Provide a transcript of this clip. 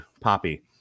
poppy